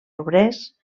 obrers